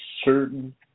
certain